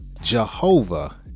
Jehovah